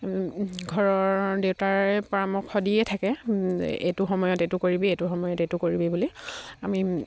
ঘৰৰ দেউতাৰে পৰামৰ্শ দিয়ে থাকে এইটো সময়ত এইটো কৰিবি এইটো সময়ত এইটো কৰিবি বুলি আমি